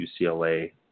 UCLA